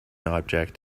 object